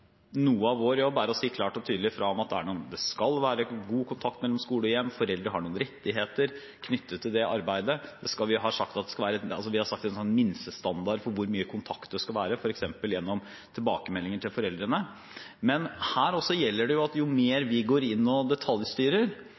det skal være god kontakt mellom skole og hjem, foreldre har noen rettigheter knyttet til det arbeidet. Vi har satt en minstestandard for hvor mye kontakt det skal være, f.eks. gjennom tilbakemeldinger til foreldrene. Men også her gjelder at jo mer vi går inn og detaljstyrer,